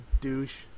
douche